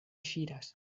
ŝiras